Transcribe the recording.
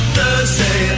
Thursday